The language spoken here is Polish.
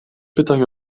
pytań